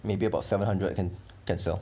maybe about seven hundred and can sell